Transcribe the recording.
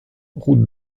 route